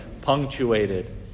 punctuated